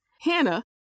Hannah